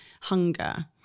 hunger